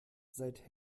seit